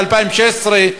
ב-2016,